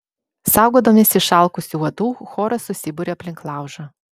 saugodamiesi išalkusių uodų choras susiburia aplink laužą